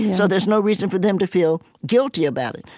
so there's no reason for them to feel guilty about it.